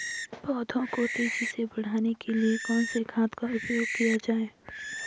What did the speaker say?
पौधों को तेजी से बढ़ाने के लिए कौन से खाद का उपयोग किया जाए?